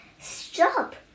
Stop